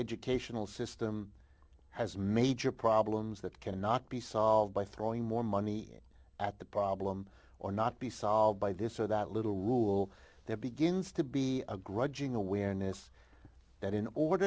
educational system has major problems that cannot be solved by throwing more money at the problem or not be solved by this or that little rule there begins to be a grudging awareness that in